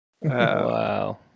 Wow